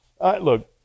look